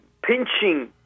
pinching